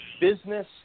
business